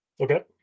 Okay